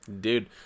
Dude